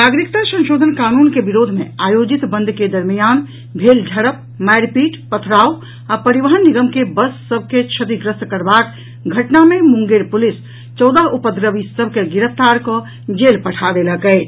नागरिकता संशोधन कानून के विरोध मे आयोजित बंद के दरमियान भेल झड़प मारिपीट पथराव आ परिवहन निगम के बस सभ के क्षतिग्रस्त करबाक घटना मे मुंगेर पुलिस चौदह उपद्रवी सभ के गिरफ्तार कऽ जेल पठा देलक अछि